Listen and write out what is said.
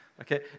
okay